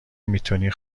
میتونی